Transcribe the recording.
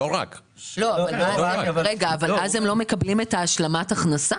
אבל אז הם לא מקבלים את השלמת ההכנסה?